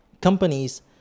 Companies